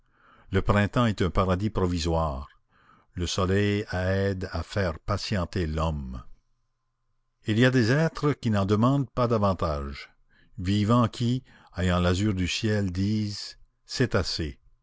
le printemps est un paradis provisoire le soleil aide à faire patienter l'homme il y a des êtres qui n'en demandent pas davantage vivants qui ayant l'azur du ciel disent c'est assez